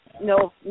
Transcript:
No